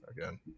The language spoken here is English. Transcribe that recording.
again